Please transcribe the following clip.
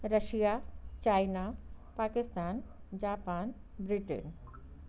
Russia China Pakistan Japan Britain